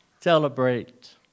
celebrate